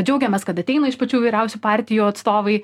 džiaugiamės kad ateina iš pačių įvairiausių partijų atstovai